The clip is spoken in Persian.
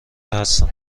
هستم